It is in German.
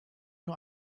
nur